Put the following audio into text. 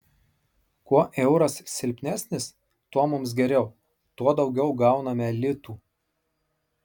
kuo euras silpnesnis tuo mums geriau tuo daugiau gauname litų